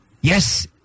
Yes